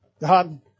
God